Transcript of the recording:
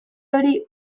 hori